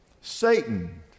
Satan